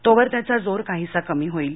तोवर त्याचा जोर काहीसा कमी होईल